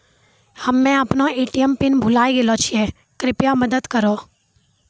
हम्मे अपनो ATM PIN भुलाय गेलो छियै, कृपया मदत करहो